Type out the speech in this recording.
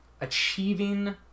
achieving